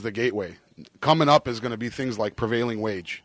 the gateway coming up is going to be things like prevailing wage